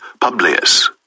Publius